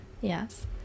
yes